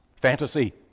Fantasy